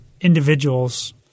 individuals